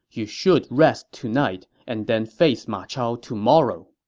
you should rest tonight and then face ma chao tomorrow.